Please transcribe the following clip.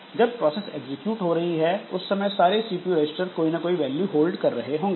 जब process execute हो रही है उस समय सारे सीपीयू रजिस्टर कोई न कोई वैल्यू होल्ड कर रहे होंगे